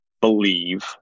believe